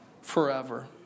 forever